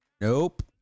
nope